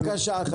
בבקשה.